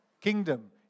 kingdom